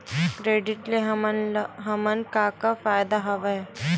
Credit ले हमन का का फ़ायदा हवय?